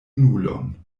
nulon